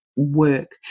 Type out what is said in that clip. Work